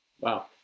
Wow